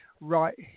right